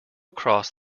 across